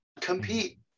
compete